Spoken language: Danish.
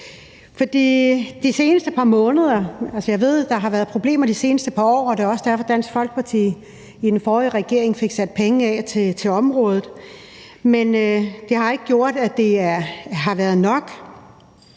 de seneste par år, og det er også derfor, at Dansk Folkeparti under den forrige regering fik sat penge af til området, men det har ikke været nok,